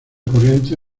corriente